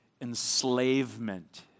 enslavement